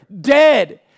dead